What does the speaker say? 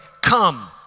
Come